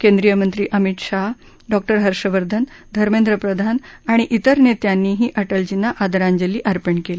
केंद्रीय मंत्री अमित शाह डॉ हर्षवर्धन धर्मेद्र प्रधान आणि त्रिर नेत्यांनीही अटलजींना आदरांजली अर्पण केली